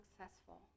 successful